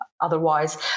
otherwise